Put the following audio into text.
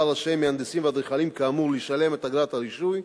רשאים המהנדסים והאדריכלים כאמור לשלם את אגרת הרישוי,